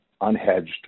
unhedged